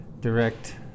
direct